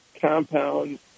compound